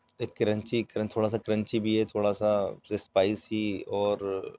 ایک کرنچی تھوڑا سا کرنچی بھی ہے تھوڑا سا اسپائسی اور